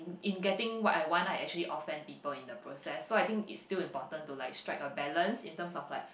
in getting what I want I actually offend people in the process so I think it's still important to like strike a balance in terms of like